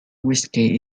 whiskey